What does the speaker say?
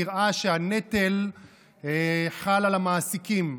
נראה שהנטל חל על המעסיקים.